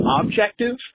objective